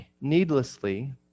needlessly